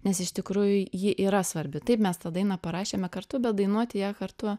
nes iš tikrųjų ji yra svarbi taip mes tą dainą parašėme kartu bet dainuoti ją kartu